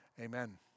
amen